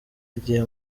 igihe